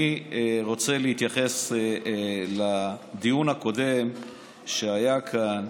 אני רוצה להתייחס לדיון הקודם שהיה כאן,